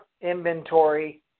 inventory